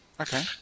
Okay